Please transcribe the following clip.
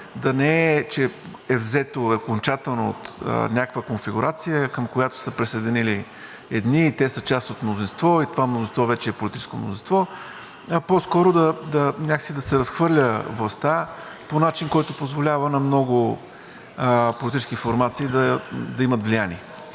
да не е, че е взето окончателно от някаква конфигурация, към която са се присъединили едни и те са част от мнозинство, и това мнозинство вече е политическо мнозинство, а по-скоро да се разхвърля някак властта по начин, който позволява на много политически формации да имат влияние.